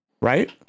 right